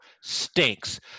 stinks